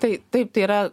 tai taip tai yra